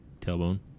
tailbone